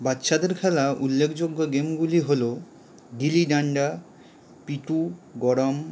বাচ্চাদের খেলা উল্লেখযোগ্য গেমগুলি হলো গিলি ডান্ডা পিঠু গরম